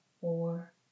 four